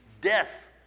death